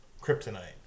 Kryptonite